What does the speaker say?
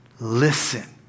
listen